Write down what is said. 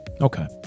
Okay